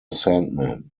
sandman